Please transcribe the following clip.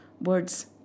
words